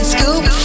Scoop